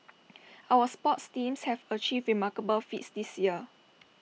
our sports teams have achieved remarkable feats this year